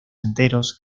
enteros